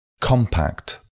Compact